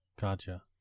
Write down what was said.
gotcha